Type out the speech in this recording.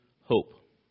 hope